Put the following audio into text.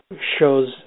shows